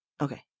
Okay